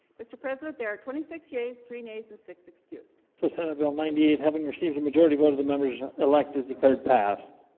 mr. president there are twenty six j's three days and six excused so senate bill ninety eight having received a majority of one of the members elect is declared past?